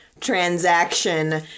transaction